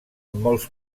molt